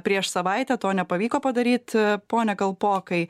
prieš savaitę to nepavyko padaryt pone kalpokai